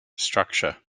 structure